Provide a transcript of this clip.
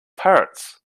parrots